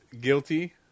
guilty